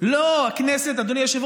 הפיקוח והבקרה, תנאי ההעסקה